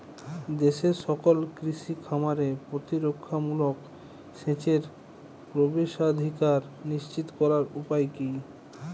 দেশের সকল কৃষি খামারে প্রতিরক্ষামূলক সেচের প্রবেশাধিকার নিশ্চিত করার উপায় কি?